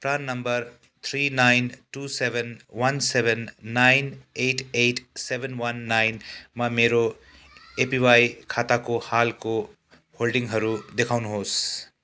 PRAN number three nine two seven one seven nine eight eight seven one नाइनमा मेरो APY खाताको हालको होल्डिङहरू देखाउनुहोस्